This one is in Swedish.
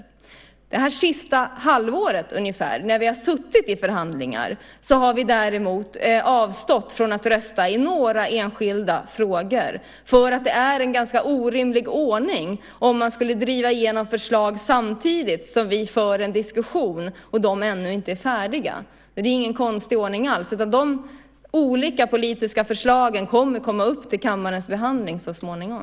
Under det senaste halvåret, när vi har suttit i förhandlingar, har vi däremot avstått från att rösta i några enskilda frågor därför att det är en ganska orimlig ordning om man skulle driva igenom förslag samtidigt som vi för en diskussion och de ännu inte är färdiga. Det är ingen konstig ordning alls. De olika politiska förslagen kommer att komma upp till kammarens behandling så småningom.